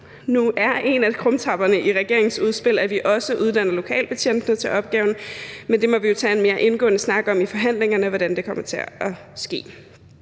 nu er en af krumtapperne i regeringens udspil, at vi også uddanner lokalbetjentene til opgaven, men der må vi jo tage en mere indgående snak i forhandlingerne om, hvordan det kommer til at ske.